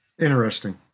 Interesting